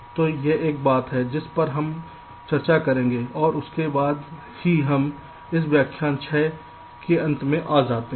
तो यह एक बात है जिस पर भी हम चर्चा करेंगे और इसके साथ ही हम इस व्याख्यान 6 के अंत में आते हैं